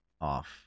off